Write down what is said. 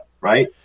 right